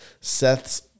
Seth's